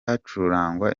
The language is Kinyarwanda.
hacurangwa